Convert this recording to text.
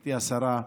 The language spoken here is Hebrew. גברתי השרה,